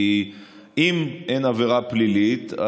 כי אם אין עבירה פלילית,